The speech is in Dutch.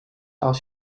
als